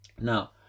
now